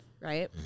right